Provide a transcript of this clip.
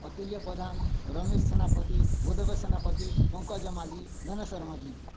Atulya Pradhan Ramesh Senapati Bhudev Senapati Pankaj Majhi Dhaneswar Majhi